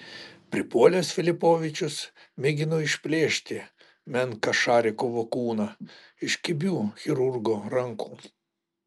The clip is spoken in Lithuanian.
pripuolęs filipovičius mėgino išplėšti menką šarikovo kūną iš kibių chirurgo rankų